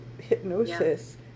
Hypnosis